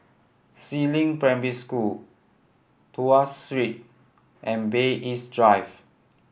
Si Ling Primary School Tuas Street and Bay East Drive